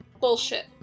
bullshit